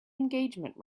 engagement